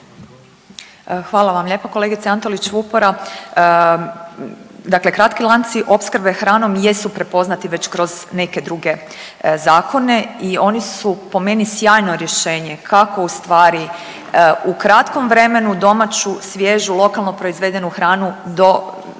Hvala vam lijepo kolegice Antolić Vupora. Dakle kratki lanci opskrbe hranom jesu prepoznati već kroz neke druge zakone i oni su po meni sjajno rješenje, kako ustvari u kratkom vremenu domaću svježu lokalno proizvedenu hranu dovesti